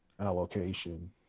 allocation